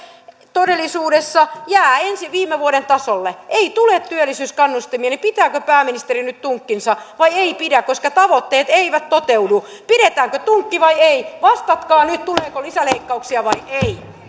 todellisuudessa jää ensi viime vuoden tasolle ei tule työllisyyskannustimia niin pitääkö pääministeri nyt tunkkinsa vai ei pidä koska tavoitteet eivät toteudu pidetäänkö tunkki vai ei vastatkaa nyt tuleeko lisäleikkauksia vai ei